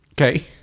okay